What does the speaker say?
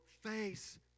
face